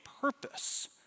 purpose